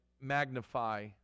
magnify